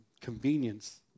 convenience